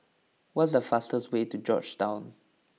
what is the fastest way to Georgetown